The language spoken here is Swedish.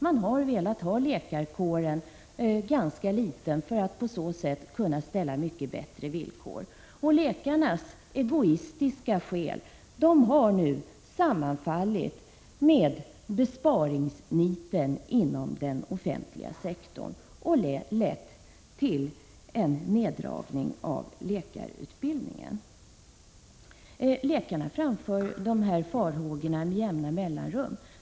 Man har velat ha läkarkåren ganska liten för att kunna ställa desto större krav. Läkarnas egoistiska intressen har nu sammanfallit med besparingsniten inom den offentliga sektorn och lett till en neddragning av läkarutbildningen. 69 Läkarna framför sina farhågor med jämna mellanrum.